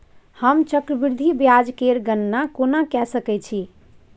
हम चक्रबृद्धि ब्याज केर गणना कोना क सकै छी